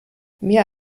mehr